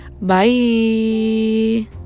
bye